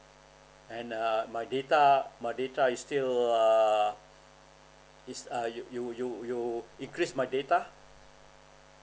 and uh my data my data is still uh it's uh you you you you increase my data